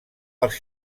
els